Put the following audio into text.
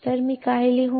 तर मी काय लिहू